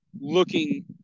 looking